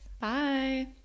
Bye